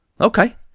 Okay